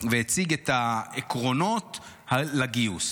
הציג את העקרונות לגיוס.